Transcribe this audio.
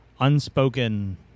unspoken